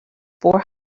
four